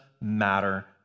matter